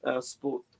sport